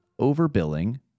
overbilling